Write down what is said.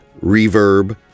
reverb